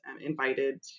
invited